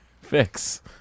fix